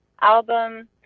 album